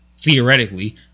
theoretically